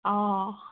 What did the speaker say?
অঁ অঁ